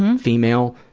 female,